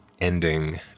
ending